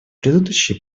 предыдущие